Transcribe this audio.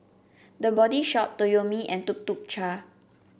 The Body Shop Toyomi and Tuk Tuk Cha